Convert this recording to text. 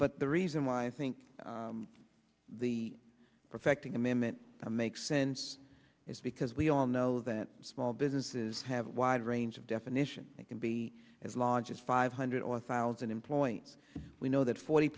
but the reason why i think the perfecting amendment makes sense is because we all know that small businesses have wide range of definition they can be as large as five hundred or thousand employees we know that forty